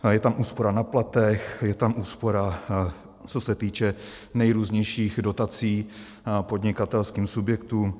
Je tam úspora na platech, je tam úspora, co se týče nejrůznějších dotací podnikatelským subjektům.